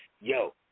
Yo